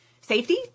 safety